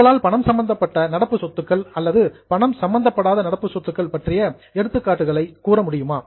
உங்களால் பணம் சம்பந்தப்பட்ட நடப்பு சொத்துக்கள் அல்லது பணம் சம்பந்தப்படாத நடப்பு சொத்துக்கள் பற்றிய எடுத்துக்காட்டுகளை கூறமுடியுமா